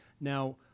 Now